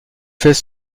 fait